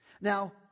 Now